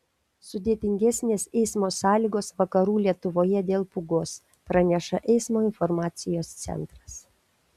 sudėtingesnės eismo sąlygos vakarų lietuvoje dėl pūgos praneša eismo informacijos centras